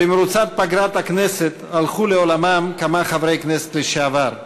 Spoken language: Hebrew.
במרוצת פגרת הכנסת הלכו לעולמם כמה חברי כנסת לשעבר: